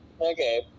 Okay